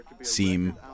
seem